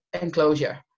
enclosure